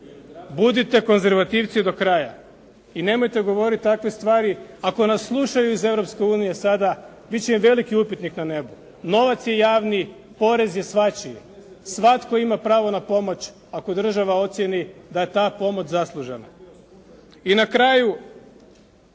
Budite konzervativci do kraja i nemojte govoriti takve stvari. Ako nas slušaju iz Europske unije sada bit će im veliki upitnik na nebu. Novac je javni, porez je svačiji. Svatko ima pravo na pomoć, ako država ocijeni da je ta pomoć zaslužena. I na kraju,